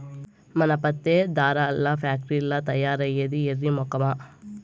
మన పత్తే దారాల్ల ఫాక్టరీల్ల తయారైద్దే ఎర్రి మొకమా